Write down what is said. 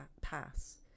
pass